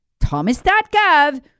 thomas.gov